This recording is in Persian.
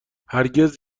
هرگز